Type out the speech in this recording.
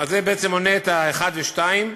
זה בעצם עונה על שאלות 1 ו-2.